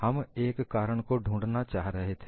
हम एक कारण को ढूंढना चाह रहे थे